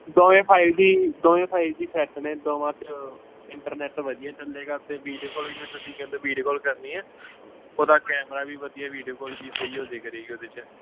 ਦੋਵੇਂ five D ਦੋਵੇਂ five G set ਨੇ ਦੋਵਾਂ 'ਚ ਇੰਟਰਨੈਟ ਵਧੀਆ ਚੱਲੇਗਾ ਅਤੇ ਵੀਡੀਓ ਕੌਲ ਵੀ ਜਿਵੇਂ ਤੁਸੀਂ ਕਹਿੰਦੇ ਵੀਡੀਓ ਕੌਲ ਕਰਨੀ ਹੈ ਉਹਦਾ ਕੈਮਰਾ ਵੀ ਵਧੀਆ ਵੀਡੀਓ ਕੌਲ ਵੀ ਸਹੀ ਹੋ ਜੇ ਕਰੇਗੀ ਉਹਦੇ 'ਚ